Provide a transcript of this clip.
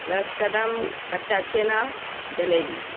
رس کدم کچا چھینا جلیبی